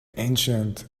ancient